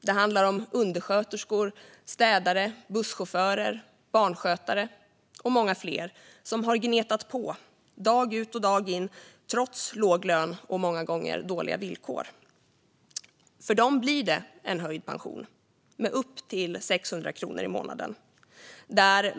Det handlar om undersköterskor, städare, busschaufförer, barnskötare och många fler, som har gnetat på, dag ut och dag in, trots låg lön och många gånger dåliga villkor. För dem höjs pensionen med upp till 600 kronor i månaden.